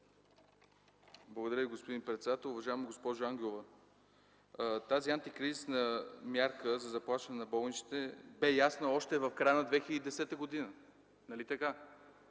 Благодаря Ви, господин председател. Уважаема госпожо Ангелова, тази антикризисна мярка за заплащане на болничните беше ясна още в края на 2010 г. Нали така?